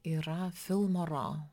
yra filmoro